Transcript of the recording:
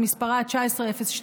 שמספרה 1902,